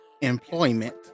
employment